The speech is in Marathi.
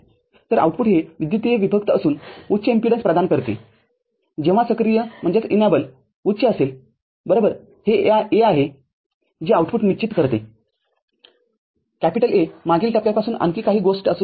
तरआउटपुट हे विद्युतीय विभक्त असून उच्च इम्पीडन्स प्रदान करते जेव्हा सक्रिय उच्च असेल बरोबर हे A आहे जे आउटपुट निश्चित करते A मागील टप्प्यापासून आणखी काही गोष्टी असू शकेल